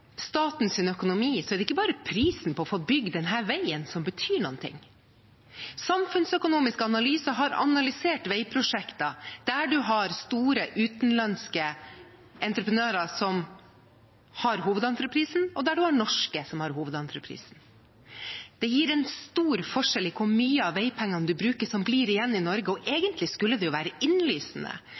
økonomi, er det ikke bare prisen for å få bygd denne veien som betyr noe. Samfunnsøkonomisk Analyse har analysert veiprosjekter der store utenlandske entreprenører har hovedentreprisen, og der norske har hovedentreprisen. Det gir en stor forskjell i hvor mye av veipengene man bruker, som blir igjen i Norge. Egentlig skulle det være innlysende.